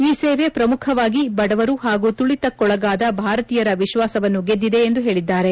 ಈ ಸೇವೆ ಪ್ರಮುಖವಾಗಿ ಬಡವರು ಹಾಗೂ ತುಳಿತಕ್ಕೊಳಗಾದ ಭಾರತೀಯರ ವಿತ್ನಾಸವನ್ನು ಗೆದ್ದಿದೆ ಎಂದು ಹೇಳಿದ್ದಾರೆ